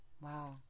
Wow